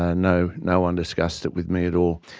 ah no, no one discussed it with me at all,